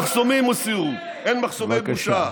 את כל המחסומים הסירו, אין מחסומי בושה.